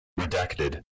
Redacted